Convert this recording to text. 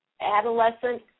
adolescent